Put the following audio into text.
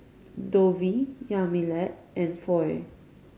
Dovie Yamilet and Foy